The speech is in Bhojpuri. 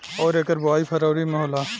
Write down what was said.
अउर एकर बोवाई फरबरी मे होला